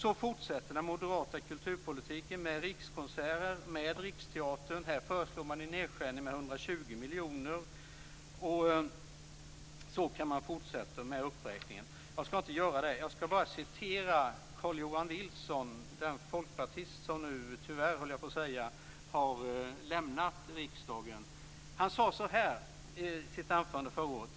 Så fortsätter den moderata kulturpolitiken med Rikskonserter och Riksteatern. Beträffande Riksteatern föreslår man en nedskärning med 120 miljoner kronor. Jag skulle kunna fortsätta denna uppräkning, men det skall jag inte göra. Jag vill citera vad folkpartisten Carl-Johan Wilson, som, tyvärr höll jag på att säga, har lämnat riksdagen, sade i ett anförande förra året.